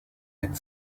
had